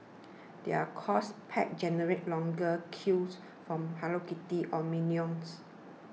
their course packs generate longer queues from Hello Kitty or minions